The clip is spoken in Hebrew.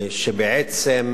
שבעצם